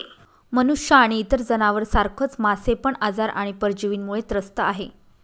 मनुष्य आणि इतर जनावर सारखच मासे पण आजार आणि परजीवींमुळे त्रस्त आहे